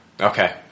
Okay